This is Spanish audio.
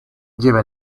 lleva